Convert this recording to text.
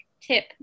tip